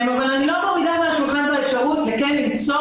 אבל אני לא מורידה מהשולחן את האפשרות כן למצוא